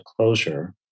closure